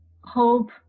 hope